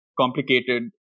complicated